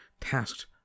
tasked